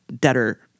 debtor